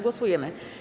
Głosujemy.